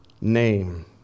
name